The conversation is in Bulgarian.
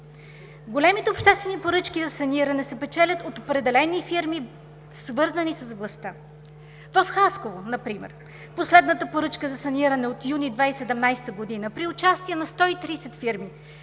Големите обществени поръчки за саниране се печелят от определени фирми, свързани с властта. В Хасково например последната поръчка за саниране от юни 2017 г., при участие на 130 фирми,